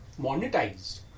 monetized